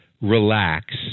relax